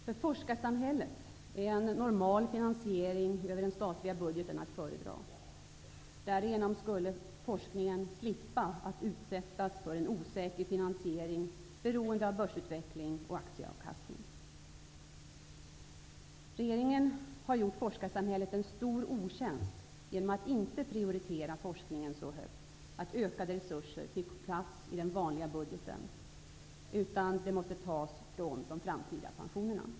För forskarsamhället är en normal finansiering över den statliga budgeten att föredra. Därigenom skulle forskningen slippa att utsättas för en osäker finansiering beroende av börsutveckling och aktieavkastning. Regeringen har gjort forskarsamhället en stor otjänst genom att inte prioritera forskningen så högt att ökade resurser fått plats i den vanliga budgeten, utan de måste tas från de framtida pensionerna.